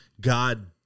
god